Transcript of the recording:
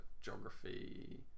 geography